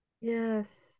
yes